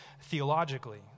theologically